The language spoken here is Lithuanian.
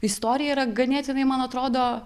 istorija yra ganėtinai man atrodo